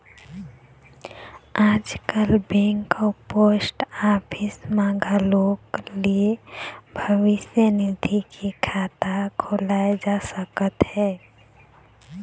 आजकाल बेंक अउ post office म घलोक अलगे ले भविस्य निधि के खाता खोलाए जा सकत हे